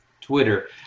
Twitter